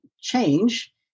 change